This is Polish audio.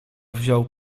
wziął